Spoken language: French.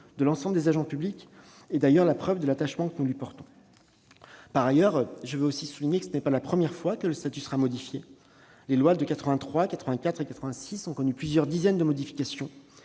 de l'ensemble des agents publics est la preuve de l'attachement que nous lui portons. Par ailleurs, je souligne que ce n'est pas la première fois que le statut sera modifié ; les lois de 1983, 1984 et 1986 ont déjà connu plusieurs dizaines de modifications.